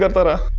yeah but.